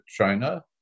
China